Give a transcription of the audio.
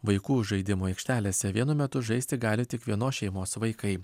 vaikų žaidimų aikštelėse vienu metu žaisti gali tik vienos šeimos vaikai